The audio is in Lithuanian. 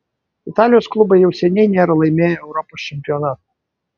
italijos klubai jau seniai nėra laimėję europos čempionato